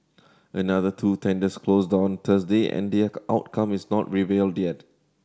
another two tenders closed on Thursday and their outcome is not revealed yet